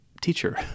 teacher